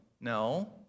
No